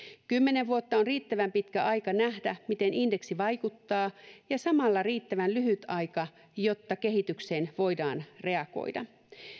kymmenen vuotta on riittävän pitkä aika nähdä miten indeksi vaikuttaa ja samalla riittävän lyhyt aika jotta kehitykseen voidaan reagoida